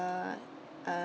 a uh